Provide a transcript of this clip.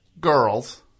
Girls